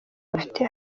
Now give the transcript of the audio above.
bafite